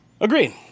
Agreed